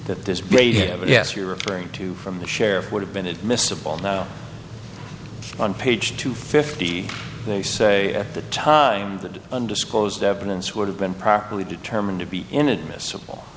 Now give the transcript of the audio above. that this baby of yes you're referring to from the sheriff would have been admissible now on page two fifty they say at the time the undisclosed evidence would have been properly determined to be inadmissible